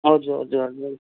हजुर हजुर हजुर हजुर